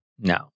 No